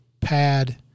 pad